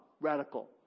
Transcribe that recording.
Radical